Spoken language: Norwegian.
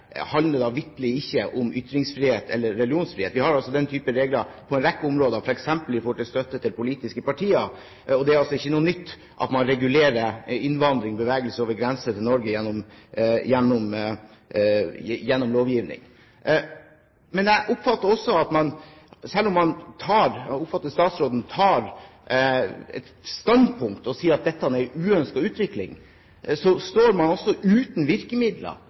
handler vitterlig ikke om ytringsfrihet eller religionsfrihet. Vi har den type regler på en rekke områder, f.eks. når det gjelder støtte til politiske partier. Det er altså ikke noe nytt at man regulerer innvandring, bevegelse over grensen til Norge, gjennom lovgivning. Men jeg oppfatter statsråden slik at selv om man tar et standpunkt og sier at dette er en uønsket utvikling, så står man uten virkemidler